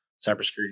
cybersecurity